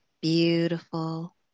beautiful